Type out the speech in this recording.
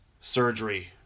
surgery